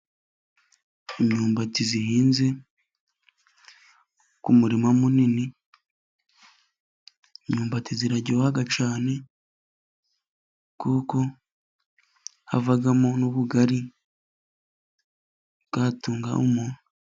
Imyumbati ihinze ku murima munini, imyumbati iraryoha cyane, kuko havamo n'ubugari bwatunga umuntu.